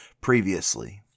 previously